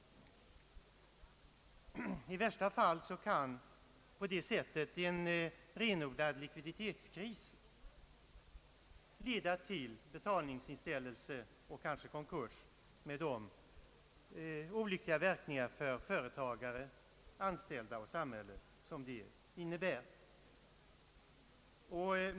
I värsta fall kan på det sättet en renodlad likviditetskris leda till betalningsinställelse och kanske konkurs med de olyckliga verkningar för företagare, anställda och samhälle som det innebär.